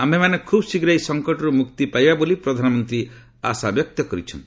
ଆୟେମାନେ ଖୁବ୍ଶୀଘ୍ର ଏହି ସଙ୍କଟରୁ ମୁକ୍ତି ପାଇବା ବୋଲି ପ୍ରଧାନମନ୍ତ୍ରୀ ଆଶାବ୍ୟକ୍ତ କରିଛନ୍ତି